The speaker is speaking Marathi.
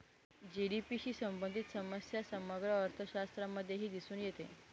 जी.डी.पी शी संबंधित समस्या समग्र अर्थशास्त्रामध्येही दिसून येते